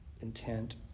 intent